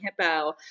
hippo